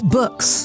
books